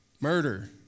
murder